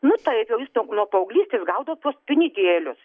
nu taip jau jis nuo paauglystės gaudavo tuos pinigėlius